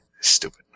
Stupid